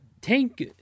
tank